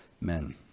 men